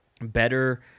better